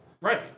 Right